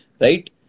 right